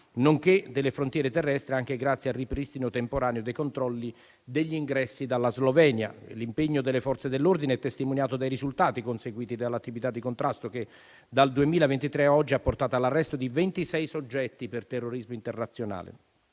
nonché delle frontiere terrestri, anche grazie al ripristino temporaneo dei controlli degli ingressi dalla Slovenia. L'impegno delle Forze dell'ordine è testimoniato dai risultati conseguiti dall'attività di contrasto, che dal 2023 a oggi ha portato all'arresto di 26 soggetti per terrorismo internazionale.